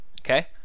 Okay